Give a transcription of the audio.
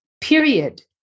Period